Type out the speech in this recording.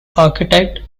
architect